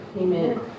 Amen